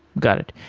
got it.